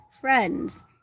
friends